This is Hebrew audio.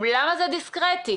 למה זה דיסקרטי?